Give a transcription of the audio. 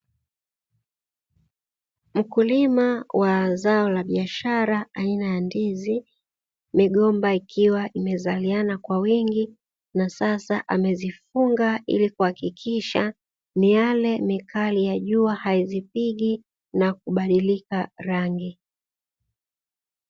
Mkulima wa zao la biashara aina ya ndizi, migomba ikiwa imezaliana kwa wingi na sasa amezifunga ili kuhakikisha miale mikali ya jua haizipigi na kubadilika rangi.